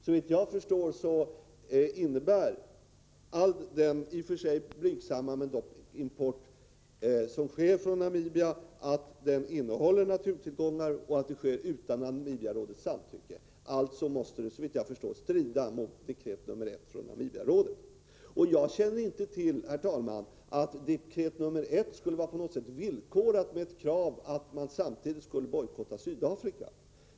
Såvitt jag förstår, innehåller den i och för sig blygsamma import som sker från Namibia naturtillgångar, och vidare sker den importen utan Namibiarådets samtycke. Alltså måste denna import strida mot dekret nr 1. Jag känner inte till att dekret nr 1 skulle på något sätt vara villkorat med ett krav på att samtidigt bojkotta Sydafrika.